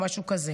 אז משהו כזה.